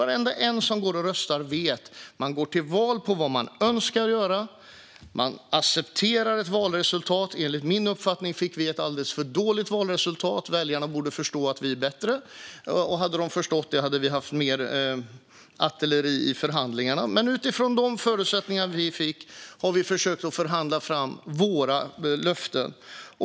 Varenda en som går och röstar vet att man går till val på vad man önskar göra. Men man accepterar ett valresultat. Enligt min uppfattning fick vi ett alldeles för dåligt valresultat. Väljarna borde förstå att vi är bättre. Hade de förstått det hade vi haft mer artilleri i förhandlingarna, men utifrån de förutsättningar vi fick har vi försökt förhandla fram våra löften.